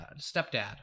stepdad